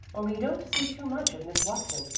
only don't see too much of miss watson,